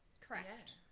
correct